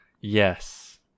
Yes